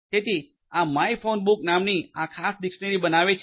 તેથી આ માયફોનબુક નામની આ ખાસ ડીક્ષનરી બનાવે છે